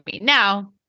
Now